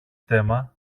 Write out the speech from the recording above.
στέμμα